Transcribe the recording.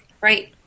right